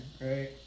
Right